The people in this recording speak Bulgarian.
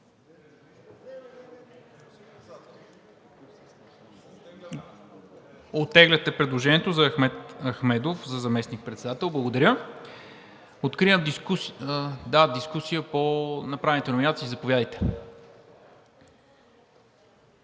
Оттегляте предложението за Ахмед Ахмедов за заместник-председател. Благодаря. Откривам дискусия по направените номинации. Заповядайте.